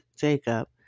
Jacob